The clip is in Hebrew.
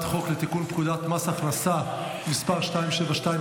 חוק לתיקון פקודת מס הכנסה (מס' 272),